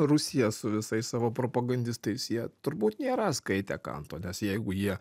rusija su visais savo propagandistais jie turbūt nėra skaitę kanto nes jeigu jie